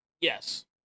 Yes